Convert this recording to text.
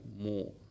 more